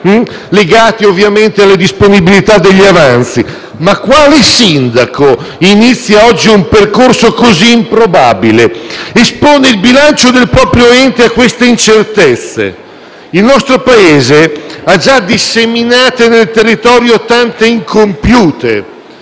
legati alla disponibilità degli avanzi? Quale sindaco inizierebbe oggi un percorso così improbabile, esponendo il bilancio del proprio ente a tali incertezze? Il nostro Paese ha già disseminato nel territorio tante opere incompiute.